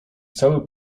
cały